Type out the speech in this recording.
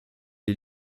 est